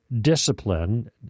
discipline